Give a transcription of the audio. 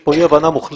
יש כאן אי הבנה מוחלטת.